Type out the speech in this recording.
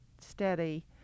steady